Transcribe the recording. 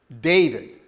David